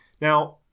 Now